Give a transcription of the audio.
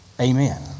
Amen